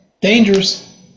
Dangerous